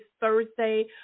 Thursday